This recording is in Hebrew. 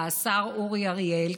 לשר אורי אריאל,